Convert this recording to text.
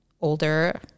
older